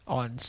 on